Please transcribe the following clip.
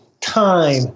time